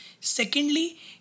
secondly